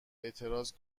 اعتراض